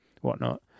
whatnot